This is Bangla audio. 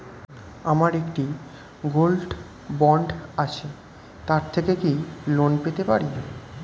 আমার একটি গোল্ড বন্ড আছে তার থেকে কি লোন পেতে পারি?